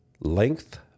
length